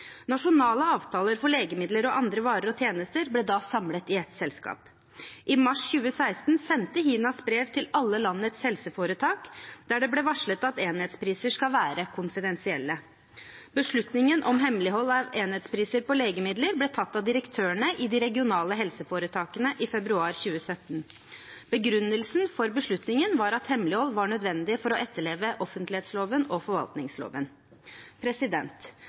Nasjonale avtaler for legemidler og andre varer og tjenester ble da samlet i ett selskap. I mars 2016 sendte HINAS brev til alle landets helseforetak der det ble varslet at enhetspriser skal være konfidensielle. Beslutningen om hemmelighold av enhetspriser på legemidler ble tatt av direktørene i de regionale helseforetakene i februar 2017. Begrunnelsen for beslutningen var at hemmelighold var nødvendig for å etterleve offentlighetsloven og